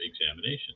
examination